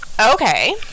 okay